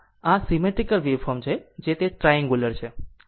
આમ આ symmetrical waveform છે જે તે ટ્રાન્ગુલર છે